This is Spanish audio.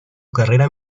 carrera